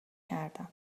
کردم